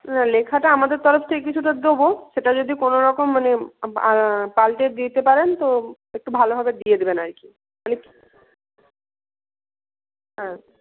না লেখাটা আমাদের তরফ থেকে কিছুটা দেব সেটা যদি কোনো রকম মানে পাল্টে দিতে পারেন তো একটু ভালোভাবে দিয়ে দেবেন আর কি মানে হ্যাঁ